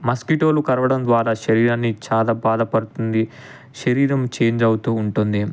మస్కిటోలు కరవడం ద్వారా శరీరాన్ని చాలా బాధ పడుతుంది శరీరం చేంజ్ అవుతు ఉంటుంది